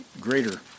greater